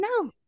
No